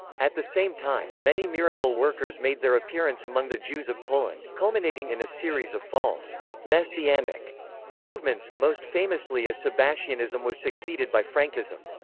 at the same time, time, many miracle workers made their appearance among the jews of poland, culminating in a series of false messianic movements, most famously as sabbatianism was succeeded by frankism.